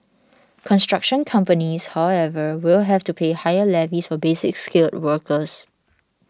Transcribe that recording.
construction companies however will have to pay higher levies for Basic Skilled workers